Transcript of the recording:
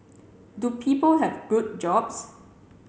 do people have good jobs